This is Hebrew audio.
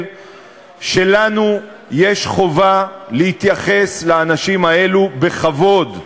שלנו יש חובה להתייחס לאנשים האלה בכבוד.